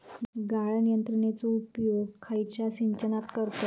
गाळण यंत्रनेचो उपयोग खयच्या सिंचनात करतत?